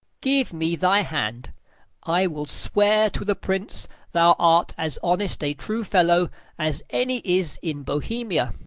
give me thy hand i will swear to the prince thou art as honest a true fellow as any is in bohemia.